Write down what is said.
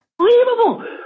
unbelievable